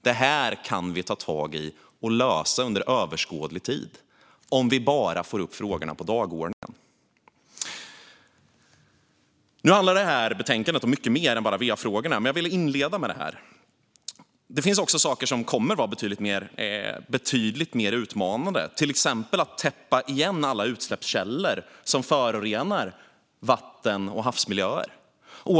Detta kan vi ta tag i och lösa under överskådlig tid, om vi bara får upp frågorna på dagordningen. Nu handlar det här betänkandet om mycket mer än va-frågorna, men jag ville inleda med detta. Det finns också saker som kommer att vara betydligt mer utmanande, till exempel att täppa igen alla utsläppskällor som förorenar vatten och havsmiljöer.